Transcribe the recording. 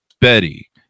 Betty